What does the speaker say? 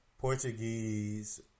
Portuguese